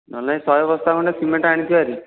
ନହେଲେ ଶହେ ବସ୍ତା ଖଣ୍ଡେ ସିମେଣ୍ଟ୍ ଆଣିଥିବା ଭାରି